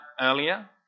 earlier